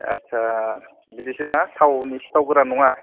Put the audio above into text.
आत्सा बिदिसोना थावनि सिथाव गोरान नङा